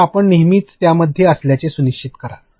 तर आपण नेहमीच त्यामध्ये असल्याचे सुनिश्चित करता